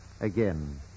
Again